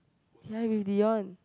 behind with Dion